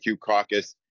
caucus